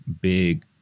big